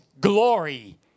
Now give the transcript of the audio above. glory